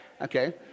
Okay